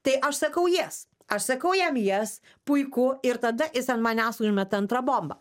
tai aš sakau yes aš sakau jam yes puiku ir tada jis ant manęs užmeta antrą bombą